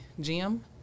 gym